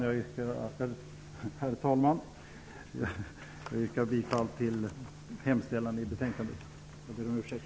Jag yrkar bifall till hemställan i betänkandet.